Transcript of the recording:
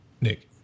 Nick